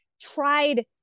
tried